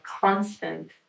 constant